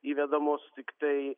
įvedamos tiktai